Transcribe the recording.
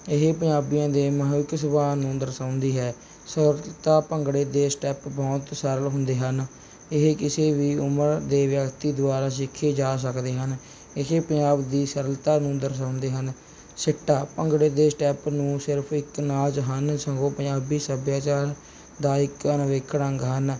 ਇਹ ਪੰਜਾਬੀਆਂ ਦੇ ਮੋਹਿਤ ਸੁਭਾਅ ਨੂੰ ਦਰਸਾਉਂਦੀ ਹੈ ਸੌਰ ਦਿੱਤਾ ਭੰਗੜੇ ਦੇ ਸਟੈਪ ਬਹੁਤ ਸਰਲ ਹੁੰਦੇ ਹਨ ਇਹ ਕਿਸੇ ਵੀ ਉਮਰ ਦੇ ਵਿਅਕਤੀ ਦੁਆਰਾ ਸਿੱਖੇ ਜਾ ਸਕਦੇ ਹਨ ਇਹ ਪੰਜਾਬ ਦੀ ਸਰਲਤਾ ਨੂੰ ਦਰਸਾਉਂਦੇ ਹਨ ਸਿੱਟਾ ਭੰਗੜੇ ਦੇ ਸਟੈਪ ਨੂੰ ਸਿਰਫ ਇੱਕ ਨਾਚ ਹਨ ਸਗੋਂ ਪੰਜਾਬੀ ਸੱਭਿਆਚਾਰ ਦਾ ਇਕ ਅਨਿੱਖੜਵਾਂ ਅੰਗ ਹਨ